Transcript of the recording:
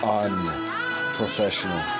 unprofessional